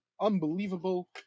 unbelievable